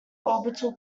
orbital